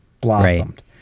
blossomed